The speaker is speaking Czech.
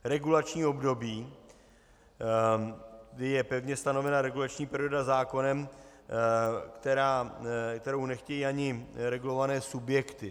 Regulační období je pevně stanovená regulační perioda zákonem, kterou nechtějí ani regulované subjekty.